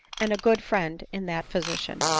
and a good friend in that physician.